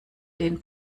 den